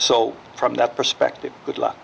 so from that perspective good luck